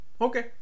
okay